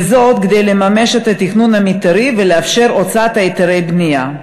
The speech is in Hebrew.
וזאת כדי לממש את התכנון המתארי ולאפשר הוצאת היתרי בנייה.